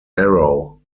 arrow